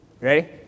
Ready